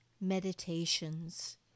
meditations